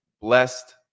blessed